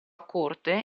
corte